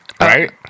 Right